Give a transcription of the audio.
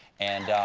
and.